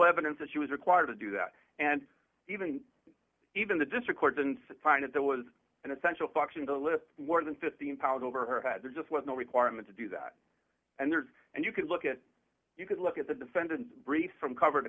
evidence that she was required to do that and even even the district court since the time that there was an essential function to lift more than fifteen pounds over her head there just was no requirement to do that and there's and you can look at you could look at the defendant briefs from cover to